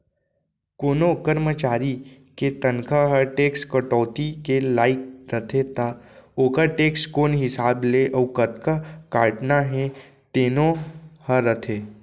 कोनों करमचारी के तनखा ह टेक्स कटौती के लाइक रथे त ओकर टेक्स कोन हिसाब ले अउ कतका काटना हे तेनो ह रथे